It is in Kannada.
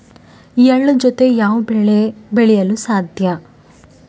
ಎಳ್ಳು ಜೂತೆ ಯಾವ ಬೆಳೆ ಬೆಳೆಯಲು ಸಾಧ್ಯ?